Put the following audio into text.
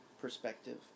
perspective